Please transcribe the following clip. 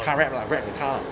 car wrap lah wrap the car